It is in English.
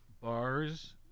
bars